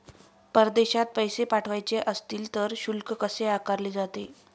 परदेशात पैसे पाठवायचे असतील तर शुल्क कसे आकारले जाते?